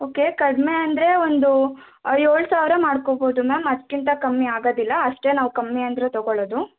okay ಕಡಿಮೆ ಅಂದರೆ ಒಂದು ಏಳು ಸಾವಿರ ಮಾಡ್ಕೊಬೋದು ಮ್ಯಾಮ್ ಅದಕ್ಕಿಂತ ಕಮ್ಮಿ ಆಗದಿಲ್ಲ ಅಷ್ಟೇ ನಾವು ಕಮ್ಮಿ ಅಂದರೆ ತಗೊಳದು